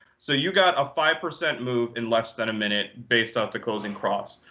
so you've got a five percent move in less than a minute based off the closing cross.